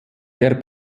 der